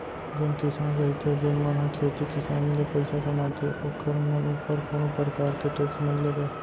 जेन किसान रहिथे जेन मन ह खेती किसानी ले पइसा कमाथे ओखर मन ऊपर कोनो परकार के टेक्स नई लगय